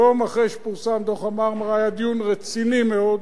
יום אחרי שפורסם דוח ה"מרמרה" היה דיון רציני מאוד.